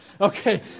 Okay